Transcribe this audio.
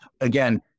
again